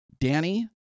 Danny